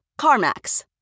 CarMax